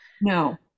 No